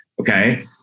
okay